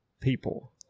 people